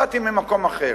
באתי ממקום אחר.